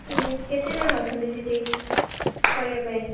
କେତେଜଣ ଅଛନ୍ତି ସେଠି କରିବା ପାଇଁ